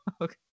okay